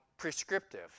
Prescriptive